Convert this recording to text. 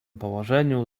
położeniu